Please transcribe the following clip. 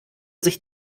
sich